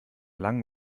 lang